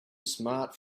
smart